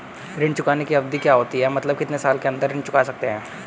ऋण चुकाने की अवधि क्या होती है मतलब कितने साल के अंदर ऋण चुका सकते हैं?